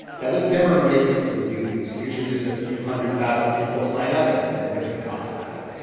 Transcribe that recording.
now, this never makes the news. usually, just a few hundred thousand people sign up, and and nobody talks about it.